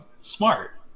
Smart